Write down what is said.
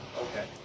Okay